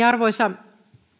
arvoisa